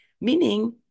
meaning